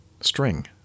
String